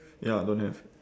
ya don't have